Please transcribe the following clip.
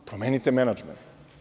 Promenite menadžment.